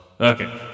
Okay